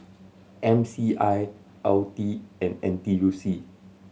M C I L T and N T U C